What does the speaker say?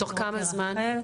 תוך כמה זמן?